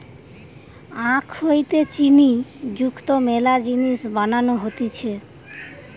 আখ হইতে চিনি যুক্ত মেলা জিনিস বানানো হতিছে